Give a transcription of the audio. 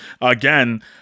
again